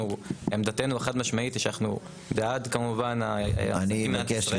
עמדתנו החד משמעית היא שאנחנו בעד כמובן העסקים במדינת ישראל.